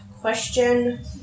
Question